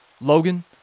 Logan